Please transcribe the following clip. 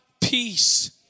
peace